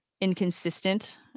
inconsistent